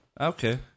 Okay